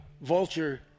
vulture